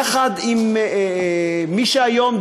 יחד עם מי שהיום,